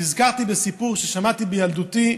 נזכרתי בסיפור ששמעתי בילדותי,